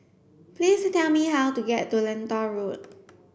please tell me how to get to Lentor Road